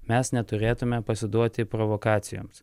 mes neturėtume pasiduoti provokacijoms